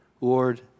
Lord